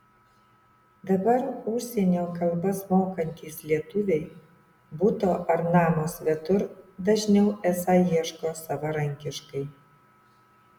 dabar užsienio kalbas mokantys lietuviai buto ar namo svetur dažniau esą ieško savarankiškai